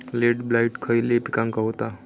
Late blight खयले पिकांका होता?